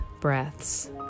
breaths